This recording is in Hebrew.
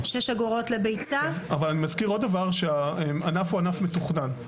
אני מזכיר שהענף הוא ענף מתוכנן.